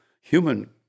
human